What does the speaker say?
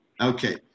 Okay